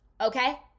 okay